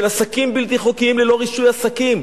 של עסקים בלתי חוקיים, ללא רישוי עסקים.